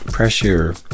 Pressure